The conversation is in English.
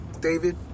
David